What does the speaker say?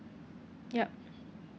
yup